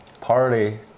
party